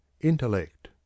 Intellect